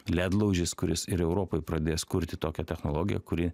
ledlaužis kuris ir europoj pradės kurti tokią technologiją kuri